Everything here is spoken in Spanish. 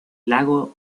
lago